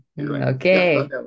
okay